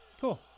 Cool